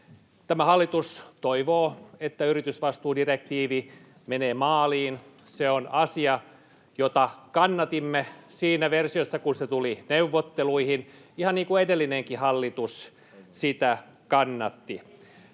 Tämä hallitus toivoo, että yritysvastuudirektiivi menee maaliin. Se on asia, jota kannatimme siinä versiossa, jossa se tuli neuvotteluihin, ihan niin kuin edellinenkin hallitus sitä kannatti.